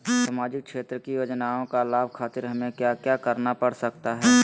सामाजिक क्षेत्र की योजनाओं का लाभ खातिर हमें क्या क्या करना पड़ सकता है?